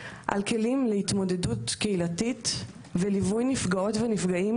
על כלים להתמודדות קהילתית ועל ליווי נפגעות ונפגעים